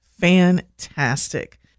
Fantastic